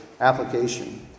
application